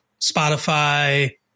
Spotify